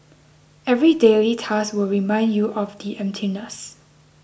every daily task will remind you of the emptiness